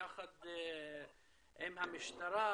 יחד עם המשטרה,